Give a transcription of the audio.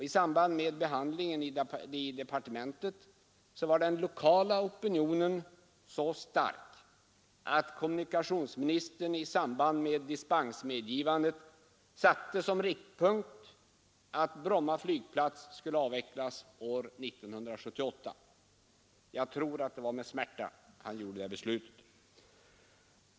I samband med behandlingen i departementet var den lokala opinionen så stark att kommunikationsministern i samband med dispensmedgivandet satte som riktpunkt att Bromma flygplats skulle avvecklas år 1978. Jag tror han fattade beslutet med smärta.